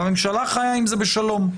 והממשלה חיה עם זה בשלום.